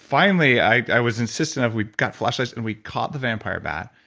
finally, i i was insistent of we got flashlights and we caught the vampire bat.